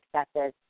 successes